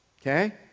Okay